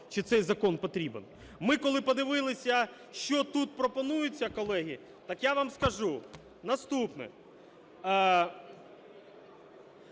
чи цей закон потрібен? Ми коли подивилися, що тут пропонується, колеги, так я вам скажу. Наступне.